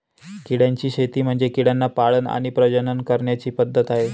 किड्यांची शेती म्हणजे किड्यांना पाळण आणि प्रजनन करण्याची पद्धत आहे